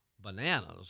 bananas